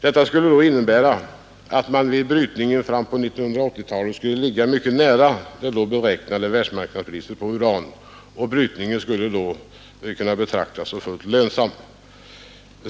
Sammantaget innebär det att man vid brytning på 1980-talet skulle ligga mycket nära det då beräknade världsmarknadspriset på uran, och brytningen i Billingen skulle då kunna betraktas som fullt lönsam.